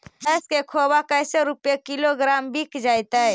भैस के खोबा कैसे रूपये किलोग्राम बिक जइतै?